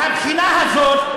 מהבחינה הזאת,